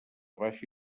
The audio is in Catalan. baixa